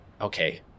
okay